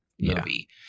movie